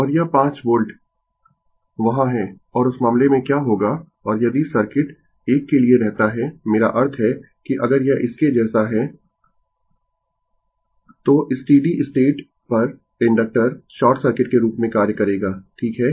और यह 5 वोल्ट वहाँ है और उस मामले में क्या होगा और यदि सर्किट एक के लिए रहता है मेरा अर्थ है कि अगर यह इसके जैसा है तो स्टीडी स्टेट पर इंडक्टर शॉर्ट सर्किट के रूप में कार्य करेगा ठीक है